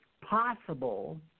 possible